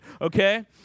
okay